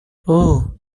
اوه